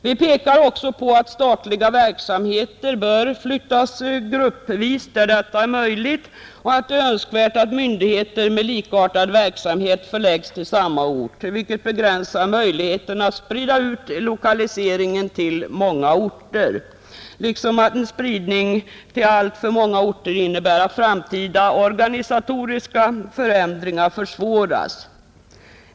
Vi pekar också på att statliga verksamheter bör flyttas gruppvis där detta är möjligt och att det är önskvärt att myndigheter med likartad verksamhet förläggs till samma ort, vilket begränsar möjligheterna att sprida ut lokaliseringen till många orter, liksom att spridning till alltför många orter innebär att framtida organisatoriska förändringar försvåras.